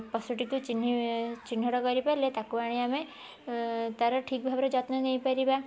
ପଶୁଟିକୁ ଚିହ୍ନି ଚିହ୍ନଟ କରି ପାରିଲେ ତାକୁ ଆଣି ଆମେ ତାର ଠିକ ଭାବରେ ଯତ୍ନ ନେଇ ପାରିବା